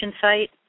site